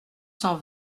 cent